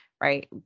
right